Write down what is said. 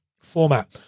format